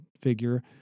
figure